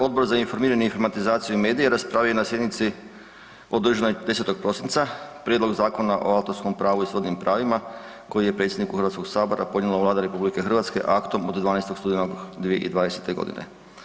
Odbor za informiranje, informatizaciju i medije raspravio je na sjednici održanoj 10. prosinca Prijedlog Zakona o autorskom pravu i srodnim pravima, koji je predsjedniku Hrvatskog sabora podnijela Vlada RH aktom od 12. studenog 2020. godine.